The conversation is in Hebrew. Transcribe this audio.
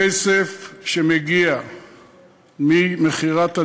הכסף שמגיע ממכירת הדירות,